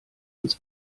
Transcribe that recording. uns